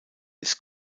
ist